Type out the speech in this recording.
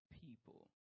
people